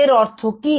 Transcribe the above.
এর অর্থ কি